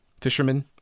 fisherman